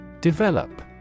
Develop